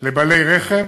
לבעלי רכב,